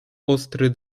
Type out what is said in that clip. ostry